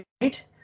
right